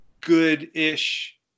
good-ish